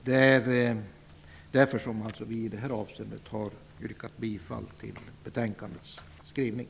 Det är därför som vi har yrkat bifall till utskottets skrivning.